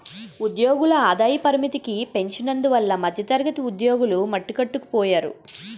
ఉద్యోగుల ఆదాయ పరిమితికి పెంచనందువల్ల మధ్యతరగతి ఉద్యోగులు మట్టికొట్టుకుపోయారు